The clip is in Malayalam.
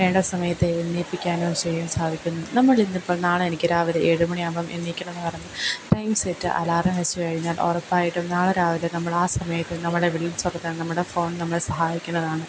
വേണ്ടസമയത്ത് എണീപ്പിക്കാനും ച്ചെയ്യാൻ സാധിക്കുന്നു നമ്മൾ ഇന്ന് ഇപ്പം നാളെ എനിക്ക് രാവിലെ ഏഴുമണിയാവുമ്പം എണീക്കണമെന്നു പറഞ്ഞ് ടൈം സെറ്റ് അലാറം വെച്ച് കഴിഞ്ഞാല് ഉറപ്പായിട്ടും നാളെ രാവിലെ നമ്മൾ ആ സമയത്തു നമ്മളെ വിളിച്ചുണർത്താൻ നമ്മുടെ ഫോൺ നമ്മളെ സഹായിക്കുന്നതാണ്